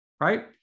right